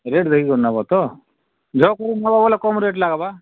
rate ଦେଖିକରି ନବତ ଯକରୁ ନବ ବେଲେ କମ୍ ରେଟ୍ ଲାଗବା